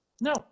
no